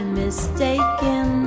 mistaken